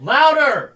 Louder